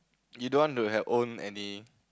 you don't want to have own any